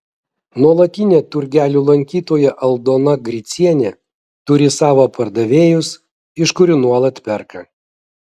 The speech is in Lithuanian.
nuolatinė turgelių lankytoja aldona gricienė turi savo pardavėjus iš kurių nuolat perka